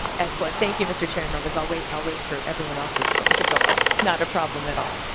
like thank you mr. chair members i'll wait i'll wait for everyone else's phone to go off. not a problem at all.